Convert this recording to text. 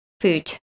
food